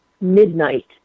midnight